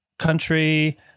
country